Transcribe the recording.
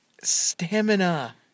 Stamina